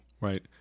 Right